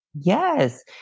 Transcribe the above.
Yes